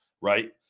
right